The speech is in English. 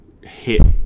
hit